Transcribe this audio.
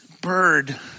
bird